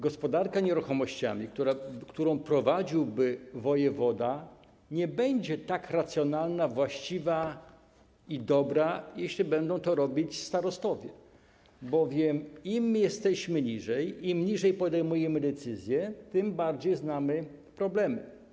Gospodarka nieruchomościami, którą prowadziłby wojewoda, nie będzie tak racjonalna, właściwa i dobra, jeśli będą to robić starostowie, bowiem im niżej jesteśmy, nim niżej podejmujemy decyzje, tym bardziej znamy problemy.